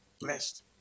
Blessed